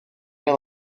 neu